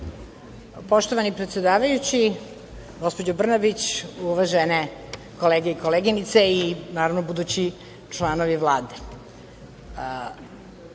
Poštovani predsedavajući, gospođo Brnabić, uvažene kolege i koleginice i naravno budući članovi Vlade. Ja